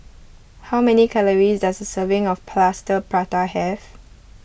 how many calories does a serving of Plaster Prata have